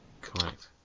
Correct